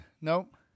Nope